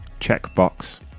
checkbox